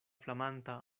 flamanta